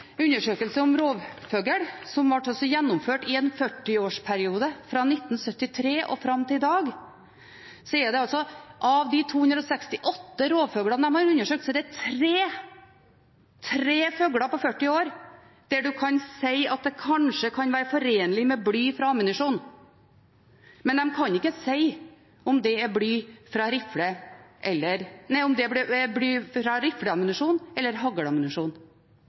undersøkelse om rovfugl, som ble gjennomført i en 40-årsperiode fra 1973 og fram til i dag: Av de 268 rovfuglene de har undersøkt, er det tre – tre fugler på 40 år – som man kan si at kanskje kan være forenlig med bly fra ammunisjon. Men de kan ikke si om det er bly fra rifleammunisjon eller hagleammunisjon. Det må av og til være lov til også å få gå gjennom de rapportene som blir